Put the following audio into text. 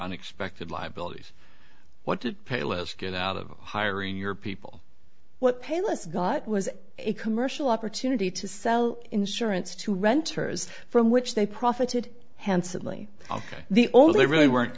unexpected liabilities what to pay less get out of hiring your people what pay less got was it commercial opportunity to sell insurance to renters from which they profited handsomely the only really weren't